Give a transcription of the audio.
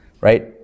right